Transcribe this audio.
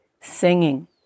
singing